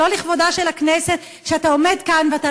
זה לא לכבוד הכנסת שאתה עומד כאן ואתה